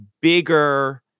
bigger